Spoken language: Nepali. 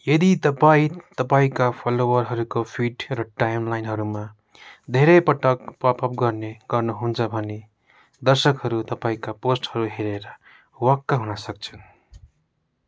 यदि तपाईँँ तपाईँँका फलोअरहरूको फिड र टाइमलाइनहरूमा धेरै पटक पपअप गर्ने गर्नुहुन्छ भने दर्शकहरू तपाईँँका पोस्टहरू हेरेर वाक्क हुन सक्छन्